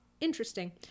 Interesting